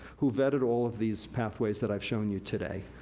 who vetted all of these pathways that i've shown you today,